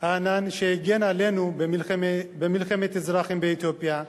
הענן שהגן עלינו במלחמת האזרחים באתיופיה,